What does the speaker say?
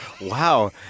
Wow